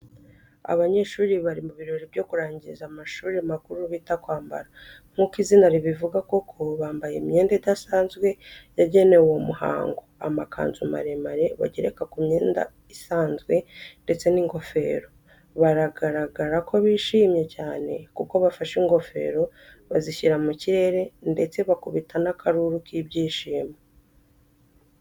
Abanyeshuri bari mu birori byo kurangiza amashuri makuru bita kwambara. Nk'uko izina ribivuga koko bambaye imyenda idasanzwe yagenewe uwo muhango: amakanzu maremare bagereka ku myenda isanzwe, ndetse n'ingofero. Baragaragara ko bishimye cyane kuko bafashe ingofero bazishyira mu kirere ndetse bakubita n'akaruru k'ibyishimo.